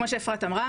כמו שאפרת אמרה,